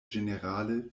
ĝenerale